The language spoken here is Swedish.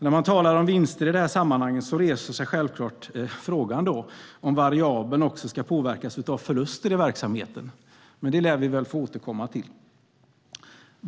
När man talar om vinster i detta sammanhang reses självklart frågan om variabeln också ska påverkas av förluster i verksamheten. Detta lär vi få återkomma till.